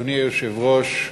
אדוני היושב-ראש,